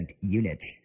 units